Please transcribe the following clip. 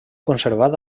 conservat